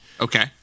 Okay